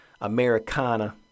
Americana